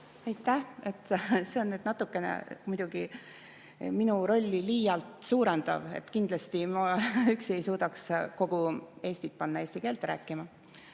Aitäh! See on natukene muidugi minu rolli liialt suurendav. Kindlasti ma üksi ei suudaks kogu Eestit panna eesti keelt rääkima,